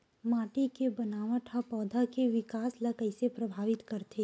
माटी के बनावट हा पौधा के विकास ला कइसे प्रभावित करथे?